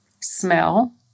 smell